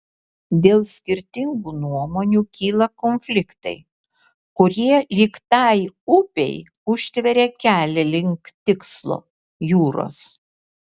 dėl skirtingų nuomonių kyla konfliktai kurie lyg tai upei užtveria kelią link tikslo jūros